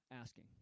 asking